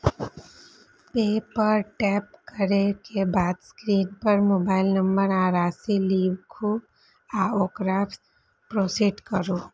पे पर टैप करै के बाद स्क्रीन पर मोबाइल नंबर आ राशि लिखू आ ओकरा प्रोसीड करू